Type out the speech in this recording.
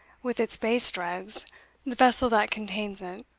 with its base dregs, the vessel that contains it.